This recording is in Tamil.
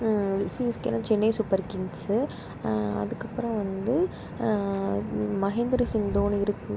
சிஎஸ்கேன்னா சென்னை சூப்பர் கிங்ஸ் அதுக்கப்புறம் வந்து மகேந்திர சிங் தோனி இருக்கு